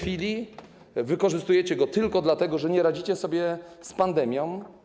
Wykorzystujecie go tylko dlatego, że nie radzicie sobie z pandemią.